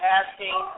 asking